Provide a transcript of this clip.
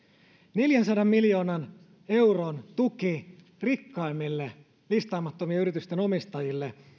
neljänsadan miljoonan euron tuki rikkaimmille listaamattomien yritysten omistajille